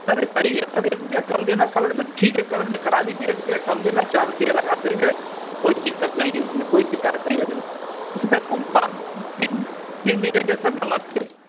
sir सही है sir एक रुपये कम देना कलर मैं ठीक है कलर में करा लीजिए एक रुपये कम देना चार रुपये लगा देंगे कोई दिक़्क़त नहीं है उसमें कोई सिकायत नहीं है ठीक है सर बाद में फिर फिर मिलेंगे सर नमस्ते